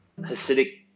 Hasidic